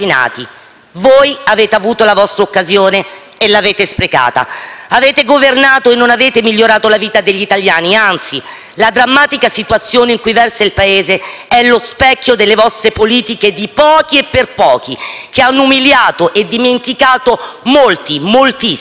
Voi avete avuto la vostra occasione e l'avete sprecata. Avete governato e non avete migliorato la vita degli italiani. Anzi, la drammatica situazione in cui versa il Paese è lo specchio delle vostre politiche di pochi e per pochi, che hanno umiliato e dimenticato molti, moltissimi.